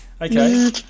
Okay